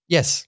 Yes